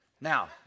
Now